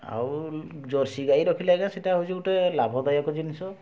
ଆଉ ଜର୍ସି ଗାଈ ରଖିଲେ ଆଜ୍ଞା ସେଟା ହେଉଛି ଗୋଟେ ଲାଭଦାୟକ ଜିନିଷ